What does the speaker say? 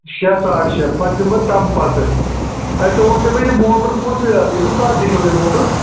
شےٚ ساڑٕ شےٚ پَتہٕ یِمہٕ بہٕ تَمہِ پَتہٕ اچھا تُہۍ ؤنۍتو مےٚ یہِ موٹَر کُس یہِ کُس کالٹی چھُو تۄہہِ موٹَر